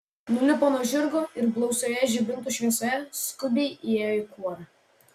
nulipo nuo žirgo ir blausioje žibintų šviesoje skubiai įėjo į kuorą